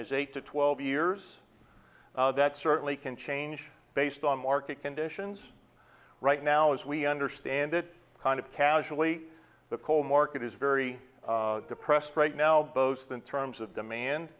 is eight to twelve years that certainly can change based on market conditions right now as we understand it kind of casually the coal market is very depressed right now both in terms of demand